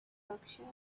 berkshire